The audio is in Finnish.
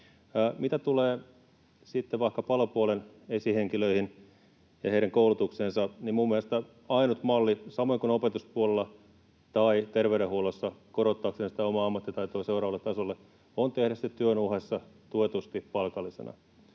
Mitä tulee sitten vaikka palopuolen esihenkilöihin ja heidän koulutukseensa, niin minun mielestäni ainut malli, jolla siellä samoin kuin opetuspuolella tai terveydenhuollossa voi korottaa sitä omaa ammattitaitoa seuraavalle tasolle, on tehdä sitä työn ohessa tuetusti palkallisena.